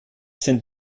sind